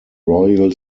royal